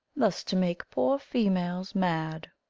thus to make poor females mad.